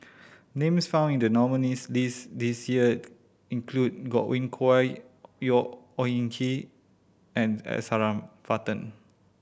names found in the nominees' list this year include Godwin Koay Owyang Chi and S Varathan